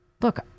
Look